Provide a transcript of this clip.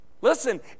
Listen